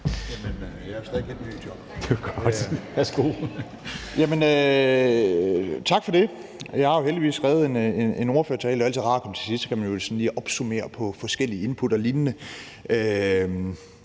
Jeg er jo stadig lidt ny i jobbet. Tak for det. Jeg har jo heldigvis skrevet en ordførertale. Det er jo altid rart at komme til sidst, for så kan man lige opsummere på forskellige input og lignende.